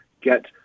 get